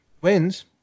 Wins